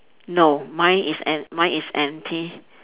no mine is em~ my is empty